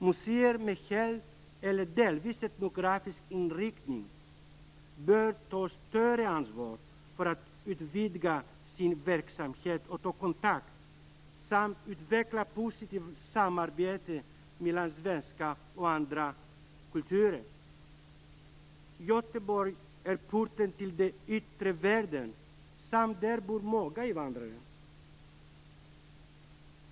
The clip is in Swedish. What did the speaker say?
Museer med helt eller delvis etnografisk inriktning bör ta större ansvar för att utvidga sin verksamhet och ta kontakt samt utveckla positivt samarbete mellan den svenska och andra kulturer. Göteborg är porten till den yttre världen. Där bor också många invandrare.